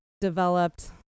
developed